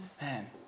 Man